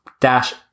Dash